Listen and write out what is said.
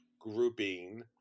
grouping